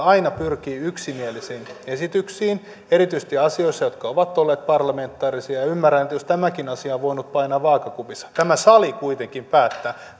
aina pyrkii yksimielisiin esityksiin erityisesti asioissa jotka ovat olleet parlamentaarisia ja ymmärrän jos tämäkin asia on voinut painaa vaakakupissa tämä sali kuitenkin päättää